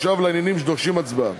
עכשיו לעניינים שדורשים הצבעה: